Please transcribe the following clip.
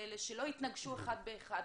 שלא התנגשו אחד באחד.